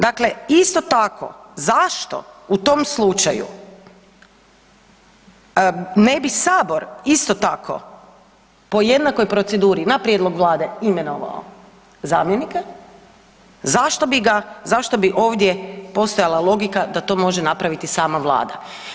Dakle, isto tako zašto u tom slučaju ne bi sabor isto tako po jednakoj proceduri na prijedlog vlade imenovao zamjenike, zašto bi ovdje postojala logika da to može napraviti sama vlada.